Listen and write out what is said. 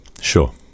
Sure